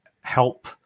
help